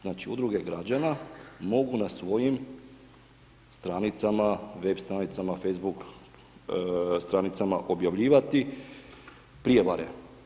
Znači, Udruge građana mogu na svojim stranicama, web stranicama, facebook stranicama objavljivati prijevare.